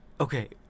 Okay